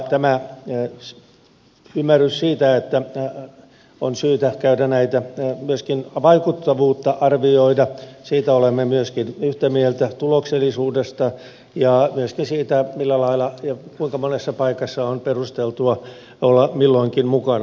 tässä on ymmärrys siitä että on syytä myöskin vaikuttavuutta arvioida siitä olemme myöskin yhtä mieltä tuloksellisuudesta ja myöskin siitä millä lailla ja kuinka monessa paikassa on perusteltua olla milloinkin mukana